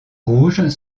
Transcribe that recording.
rouges